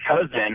cousin